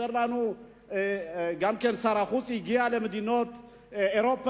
סיפר לנו שר החוץ הגיע גם למדינות אירופה,